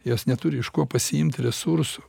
jos neturi iš ko pasiimt resursų